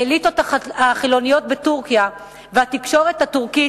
האליטות החילוניות בטורקיה והתקשורת הטורקית